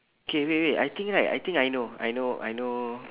K wait wait I think right I think I know I know I know